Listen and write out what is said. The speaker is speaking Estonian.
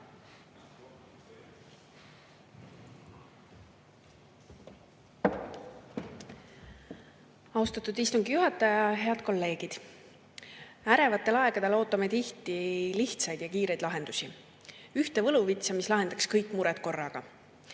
Austatud istungi juhataja! Head kolleegid! Ärevatel aegadel ootame tihti lihtsaid ja kiireid lahendusi, ühte võluvitsa, mis lahendaks kõik mured korraga.